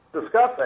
discussing